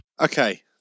Okay